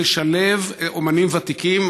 לשלב אומנים ותיקים.